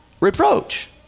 reproach